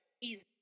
Easy